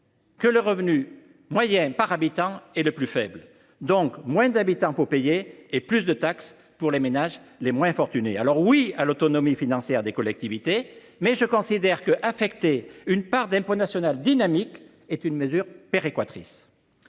que le revenu moyen par habitant est le plus faible, donc qu’il y a moins d’habitants pour payer et plus de taxe pour les ménages les moins fortunés. Je dis donc oui à l’autonomie financière des collectivités, mais je considère qu’affecter une part d’impôt national dynamique est une mesure péréquatrice.